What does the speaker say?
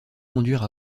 conduire